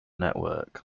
network